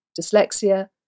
dyslexia